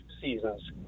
seasons